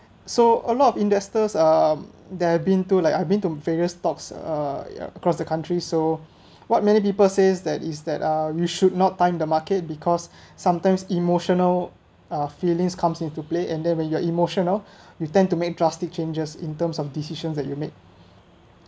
so a lot of investors um they have been to like I've mean to various stocks uh across the country so what many people says that is that uh you should not time the market because sometimes emotional uh feelings comes into play and then when your emotional you tend to make drastic changes in terms of decisions that you make